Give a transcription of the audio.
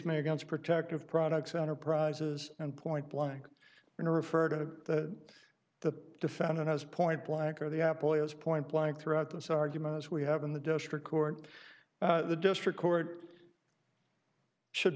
me against protective products enterprises and point blank referred to the defendant as point blank or the apple is point blank throughout this argument as we have in the district court the district court should